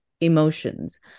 emotions